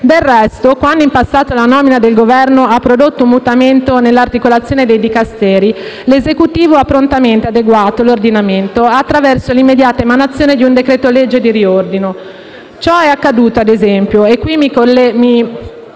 Del resto, quando in passato la nomina del Governo ha prodotto un mutamento nell'articolazione dei Dicasteri, l'Esecutivo ha prontamente adeguato l'ordinamento, attraverso l'immediata emanazione di un decreto-legge di riordino. Ciò è accaduto ad esempio - e qui mi